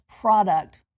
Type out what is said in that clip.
product